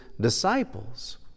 disciples